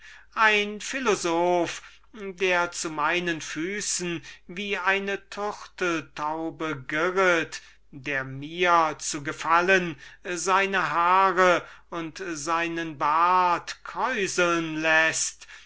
ein philosoph der zu meinen füßen wie eine turteldaube girret der mir zu gefallen seine haare und seinen bart kräuseln läßt